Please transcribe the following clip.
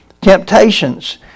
temptations